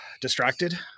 distracted